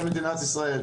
ראש פינה,